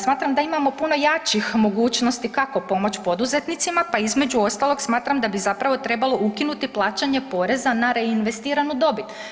Smatram da imamo puno jačih mogućnosti kako pomoći poduzetnicima pa između ostalog smatram da bi zapravo trebalo ukinuti plaćanje poreza na reinvestiranu dobit.